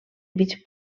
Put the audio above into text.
mig